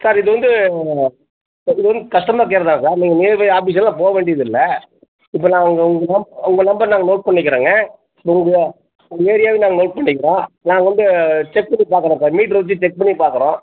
sir இது வந்து sir இது வந்து கஸ்டமர் கேரு தான் சார் நீங்கள் நியர்பை ஆபீஸெல்லாம் போக வேண்டியது இல்லை இப்போ நாங்கள் உ உங்கள் நம் உங்கள் நம்பரை நாங்கள் நோட் பண்ணிக்கிறோங்க உங்கள் ஏரியாவையும் நாங்கள் நோட் பண்ணிக்கிறோம் நாங்கள் வந்து செக் பண்ணி பார்க்குறோம் இப்போ மீட்ரு வச்சு செக் பண்ணிப் பார்க்குறோம்